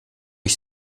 ich